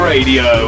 Radio